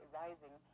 rising